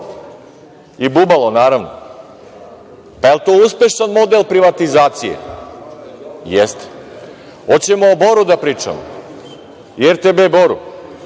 I Bubalo, naravno. Jel to uspešan model privatizacije? Jeste. Hoćemo o Boru da pričamo, o RTB Boru?